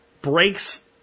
breaks